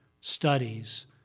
studies